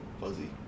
fuzzy